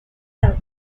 health